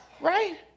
right